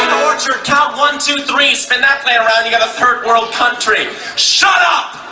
orchard count, one, two, three spin that plant around you got a third world country shut up!